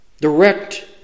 direct